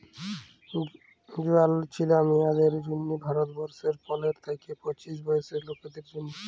জয়াল ছিলা মিঁয়াদের জ্যনহে ভারতবর্ষলে পলের থ্যাইকে পঁচিশ বয়েসের লকদের জ্যনহে